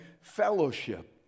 fellowship